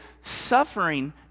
Suffering